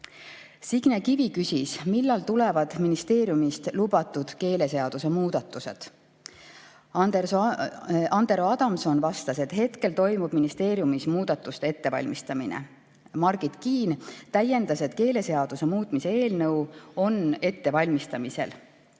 mitte. Signe Kivi küsis, millal tulevad ministeeriumist lubatud keeleseaduse muudatused. Andero Adamson vastas, et praegu toimub ministeeriumis muudatuste ettevalmistamine. Margit Kiin täiendas, et keeleseaduse muutmise eelnõu on ettevalmistamisel.